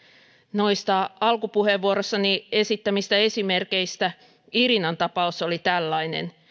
noista alkupuheenvuorossani esittämistäni esimerkeistä irinan tapaus oli tällainen